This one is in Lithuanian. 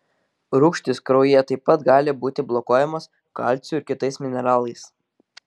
rūgštys kraujyje taip pat gali būti blokuojamos kalciu ir kitais mineralais